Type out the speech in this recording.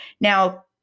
Now